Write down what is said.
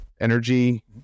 energy